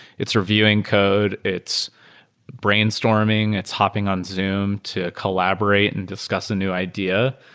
it's reviewing code. it's brainstorming. it's hopping on zoom to collaborate and discuss the new idea.